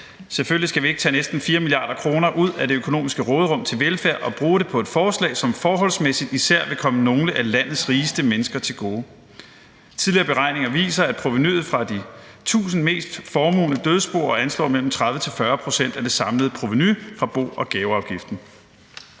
Selvfølgelig skal vi ikke tage næsten 4 mia. kr. ud af det økonomiske råderum til velfærd og bruge det på et forslag, som forholdsmæssigt især vil komme nogle af landets rigeste mennesker til gode. Tidligere beregninger viser, at provenuet fra de tusinde mest formuende dødsboer anslås til at være mellem 30 til 40 pct. af det samlede provenu fra bo- og gaveafgiften.